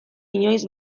inoiz